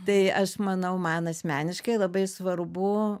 tai aš manau man asmeniškai labai svarbu